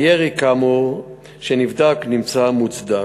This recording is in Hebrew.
הירי, כאמור, שנבדק נמצא מוצדק.